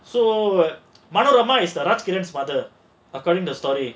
so Rajkiran father accordingly